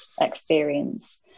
experience